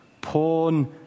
Porn